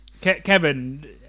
Kevin